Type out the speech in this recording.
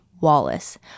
Wallace